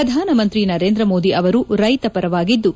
ಪ್ರಧಾನಮಂತ್ರಿ ನರೇಂದ್ರ ಮೋದಿ ಅವರು ರೈತಪರವಾಗಿದ್ದು